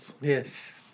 Yes